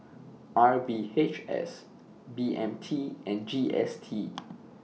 R V H S B M T and G S T